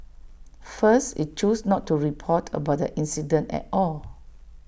first IT chose not to report about the incident at all